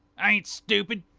i ain't stupid.